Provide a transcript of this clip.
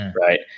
Right